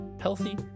healthy